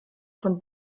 von